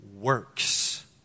works